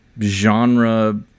genre